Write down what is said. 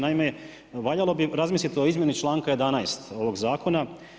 Naime, valjalo bi razmisliti o izmjeni članka 11. ovog zakona.